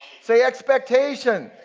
say, expectation.